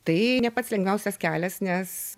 tai ne pats lengviausias kelias nes